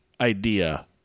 idea